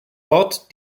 wort